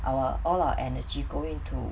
our all our energy go into